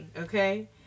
okay